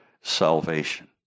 salvation